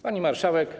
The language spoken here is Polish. Pani Marszałek!